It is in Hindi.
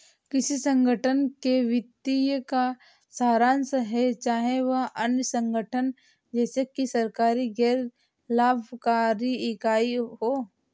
किसी संगठन के वित्तीय का सारांश है चाहे वह अन्य संगठन जैसे कि सरकारी गैर लाभकारी इकाई हो